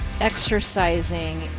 exercising